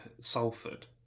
Salford